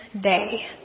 day